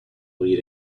lead